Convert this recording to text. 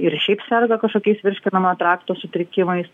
ir šiaip serga kažkokiais virškinamo trakto sutrikimais